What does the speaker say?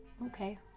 Okay